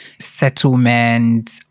settlement